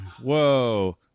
Whoa